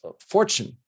fortune